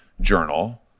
Journal